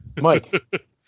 Mike